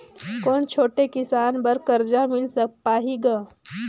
कौन छोटे किसान बर कर्जा मिल पाही ग?